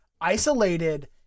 isolated